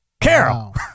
Carol